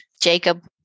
Jacob